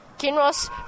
Kinross